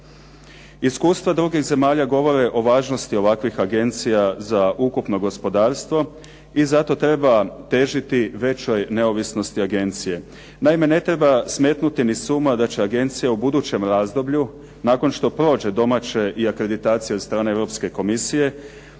Iskustva drugih zemalja govore o važnosti ovakvih agencija za ukupno gospodarstvo i zato treba težiti većoj neovisnosti agencije. Naime, ne treba smetnuti ni s uma da će agencija u budućem razdoblju nakon što prođe domaće i akreditacije od strane Europske komisije